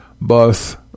bus